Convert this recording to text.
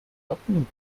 locken